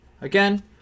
again